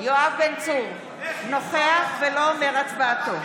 איך הצבעת על החוק הזה.